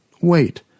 Wait